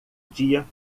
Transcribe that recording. dia